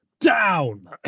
down